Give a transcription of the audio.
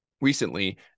recently